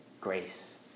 grace